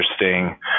interesting